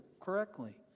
Correctly